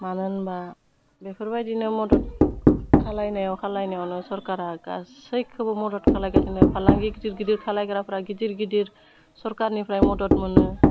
मानो होनबा बेफोरबायदिनो मदद खालायनायाव खालायनायावनो सरकारा गासैखौबो मदद खालायगासिनो फालांगि गिदिर गिदिर खालायग्राफ्रा गिदिर गिदिर सरकानिफ्राय मदद मोनो